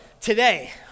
today